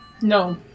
No